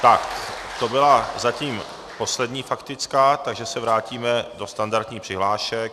Tak to byla zatím poslední faktická, takže se vrátíme do standardních přihlášek.